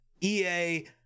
EA